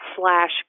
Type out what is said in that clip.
slash